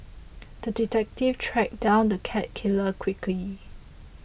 the detective tracked down the cat killer quickly